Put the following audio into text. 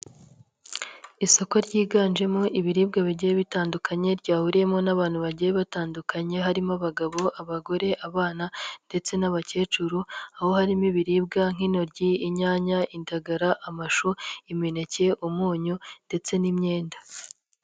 Isoko ryiganjemo ibiribwa bigiye bitandukanye, ryahuriyemo n'abantu bagiye batandukanye, harimo abagabo, abagore, abana ndetse n'abakecuru, aho harimo ibiribwa nk'intoryi, inyanya, indagara, amashu, imineke, umunyu ndetse n'imyenda.